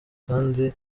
kandi